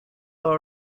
all